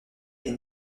est